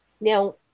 Now